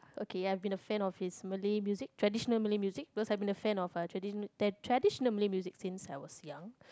okay I've been a fan of his Malay music traditional Malay music because I've been a fan of uh that traditional Malay music since I was young